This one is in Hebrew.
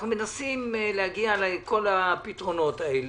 מנסים להגיע לכל הפתרונות האלה,